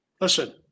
listen –